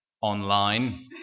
online